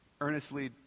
earnestly